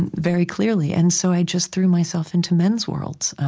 and very clearly. and so i just threw myself into men's worlds.